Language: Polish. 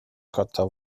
kota